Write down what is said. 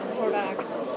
products